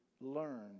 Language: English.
Learn